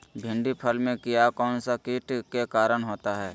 भिंडी फल में किया कौन सा किट के कारण होता है?